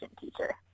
teacher